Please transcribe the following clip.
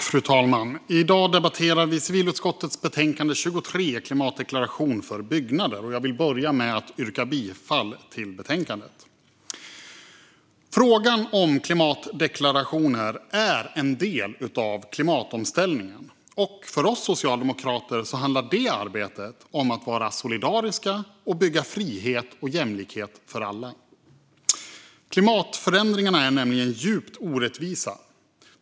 Fru talman! I dag ska vi debattera civilutskottets betänkande 2020/21:23 Klimatdeklaration för byggnader . Jag vill börja med att yrka bifall till utskottets förslag i betänkandet. Frågan om klimatdeklarationer är en del av klimatomställningen. För oss socialdemokrater handlar det arbetet om att vara solidariska och bygga frihet och jämlikhet för alla. Klimatförändringarna är nämligen djupt orättvisa.